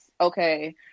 Okay